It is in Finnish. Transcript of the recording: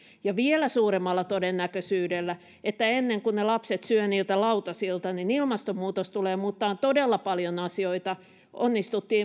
ja vielä suuremmalla todennäköisyydellä että ennen kuin ne lapset syövät niiltä lautasiltaan niin ilmastonmuutos tulee muuttamaan todella paljon asioita onnistuimme